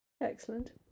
Excellent